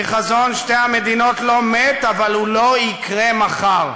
כי חזון שתי המדינות לא מת, אבל הוא לא יקרה מחר,